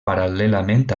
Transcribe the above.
paral·lelament